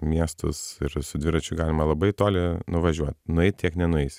miestus ir su dviračiu galima labai toli nuvažiuot nueit tiek nenueisi